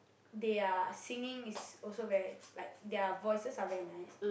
their singing is also very like their voices are very nice